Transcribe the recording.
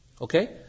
Okay